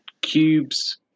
cubes